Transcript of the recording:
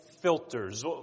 filters